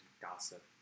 gossip